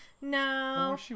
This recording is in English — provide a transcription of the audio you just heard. no